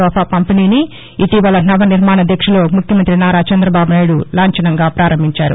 తోఫా పంపిణీని ఇటీవల నవనిర్మాణదీక్షలో ముఖ్యమంత్రి నారా చంద్రబాబునాయుడు లాంఛనంగా ప్రారంభించారు